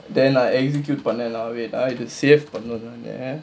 then I execute பண்ணேன்:pannaen lah wait ah save பண்ணனும்னு:pannanumnu